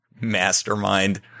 Mastermind